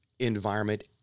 environment